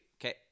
okay